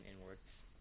inwards